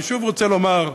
ושוב רוצה לומר: